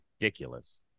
ridiculous